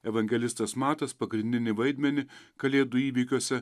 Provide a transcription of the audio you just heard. evangelistas matas pagrindinį vaidmenį kalėdų įvykiuose